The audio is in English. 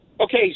Okay